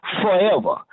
forever